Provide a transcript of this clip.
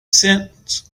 cents